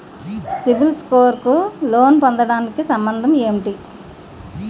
CIBIL score కు loan పొందటానికి సంబంధం ఏంటి?